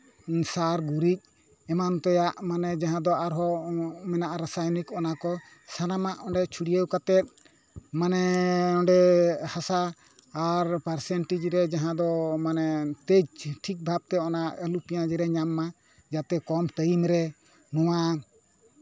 ᱥᱟᱨ ᱜᱩᱨᱤᱡ ᱮᱢᱟᱱ ᱛᱮᱭᱟᱜ ᱢᱟᱱᱮ ᱡᱟᱦᱟᱸ ᱫᱚ ᱟᱨᱦᱚᱸ ᱢᱮᱱᱟᱜᱼᱟ ᱨᱟᱥᱟᱭᱚᱱᱤᱠ ᱚᱱᱟ ᱠᱚ ᱥᱟᱱᱟᱢᱟᱜ ᱚᱸᱰᱮ ᱪᱷᱩᱲᱭᱟᱹᱣ ᱠᱟᱛᱮᱫ ᱢᱟᱱᱮ ᱚᱸᱰᱮ ᱦᱟᱥᱟ ᱟᱨ ᱯᱟᱨᱥᱮᱱᱴᱮᱽ ᱨᱮ ᱡᱟᱦᱟᱸ ᱫᱚ ᱛᱮᱡᱽ ᱴᱷᱤᱠ ᱵᱷᱟᱵᱽᱛᱮ ᱚᱱᱟ ᱟᱹᱞᱩ ᱯᱮᱸᱭᱟᱡᱽ ᱨᱮ ᱧᱟᱢ ᱢᱟᱭ ᱡᱟᱛᱮ ᱠᱚᱢ ᱴᱟᱭᱤᱢ ᱨᱮ ᱱᱚᱣᱟ